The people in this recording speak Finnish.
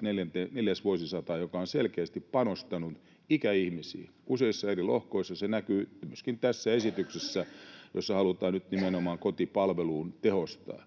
neljännesvuosisataan ensimmäinen hallitus, joka on selkeästi panostanut ikäihmisiin useissa eri lohkoissa. Se näkyy myöskin tässä esityksessä, jossa halutaan nyt nimenomaan kotipalvelua tehostaa.